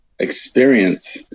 experience